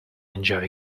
enjoy